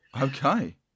Okay